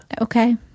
Okay